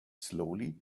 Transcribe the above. slowly